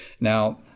Now